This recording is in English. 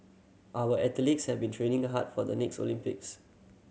our athletes have been training a hard for the next Olympics